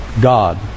God